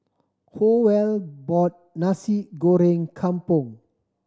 Howell bought Nasi Goreng Kampung